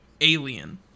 alien